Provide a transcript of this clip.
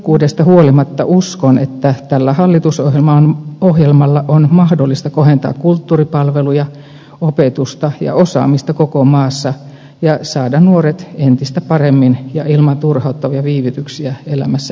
niukkuudesta huolimatta uskon että tällä hallitusohjelmalla on mahdollista kohentaa kulttuuripalveluja opetusta ja osaamista koko maassa ja saada nuoret entistä paremmin ja ilman turhauttavia viivytyksiä elämässä eteenpäin